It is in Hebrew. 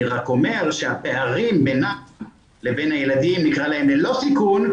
אני רק אומר שהפערים בינם לבין הילדים ללא סיכון,